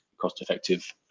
cost-effective